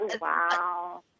Wow